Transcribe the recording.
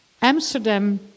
Amsterdam